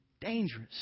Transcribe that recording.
dangerous